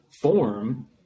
form